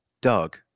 Doug